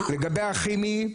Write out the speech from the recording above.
לגבי הכימי,